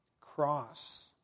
cross